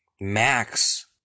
Max